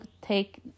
take